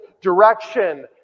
direction